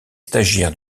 stagiaires